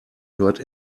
hört